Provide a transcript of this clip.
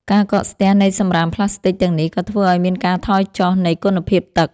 ការកកស្ទះនៃសម្រាមផ្លាស្ទិកទាំងនេះក៏ធ្វើឱ្យមានការថយចុះនៃគុណភាពទឹក។